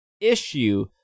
issue